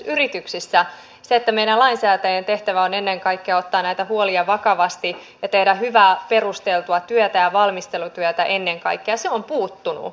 se että meidän lainsäätäjien tehtävä on ennen kaikkea ottaa näitä huolia vakavasti ja tehdä hyvää perusteltua työtä ja valmistelutyötä ennen kaikkea on puuttunut